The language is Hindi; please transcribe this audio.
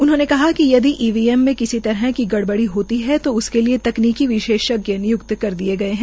उन्होंने कहा कि यदि ईवीएम मे किसी तरह की गड़बड़ी होती है तो उसके लिये तकनीकी विशेषज्ञ निय्क्त कर दिए गए है